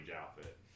outfit